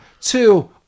Two